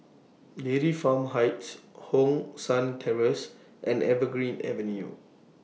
Dairy Farm Heights Hong San Terrace and Evergreen Avenue